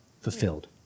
fulfilled